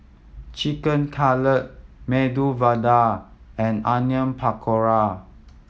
Chicken Cutlet Medu Vada and Onion Pakora